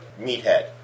meathead